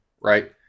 right